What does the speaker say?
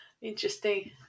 Interesting